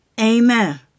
Amen